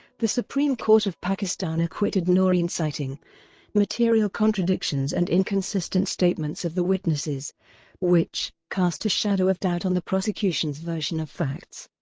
the supreme court of pakistan acquitted noreen citing material contradictions and inconsistent statements of the witnesses which cast a shadow of doubt on the prosecution's version of facts.